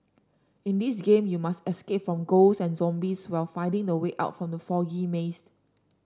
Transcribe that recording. in this game you must escape from ghost and zombies while finding the way out from the foggy maze